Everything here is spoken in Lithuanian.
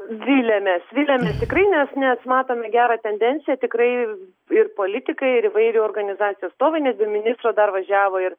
viliamės viliamės tikrai nes nes matom gerą tendenciją tikrai ir politikai ir įvairių organizacijų atstovai nes be ministro dar važiavo ir